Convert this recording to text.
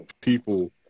people